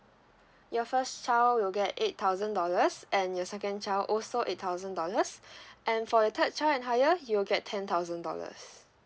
your first child will get eight thousand dollars and your second child also eight thousand dollars and for the third child and higher you will get ten thousand dollars